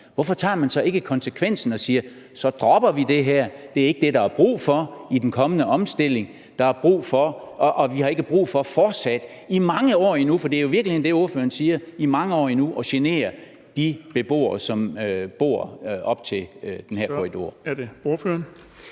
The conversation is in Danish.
hvorfor tager man så ikke konsekvensen og siger: Så dropper vi det her, det er ikke det, der er brug for i den kommende omstilling, og vi har ikke brug for fortsat i mange år endnu – for det er jo i virkeligheden det, ordføreren siger – at genere de beboere, som bor op til den her korridor?